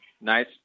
nice